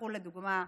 לדוגמה,